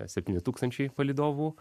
septyni tūkstančiai palydovų